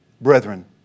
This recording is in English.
brethren